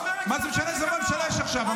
מה זה משנה איזו ממשלה יש עכשיו?